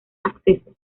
accesos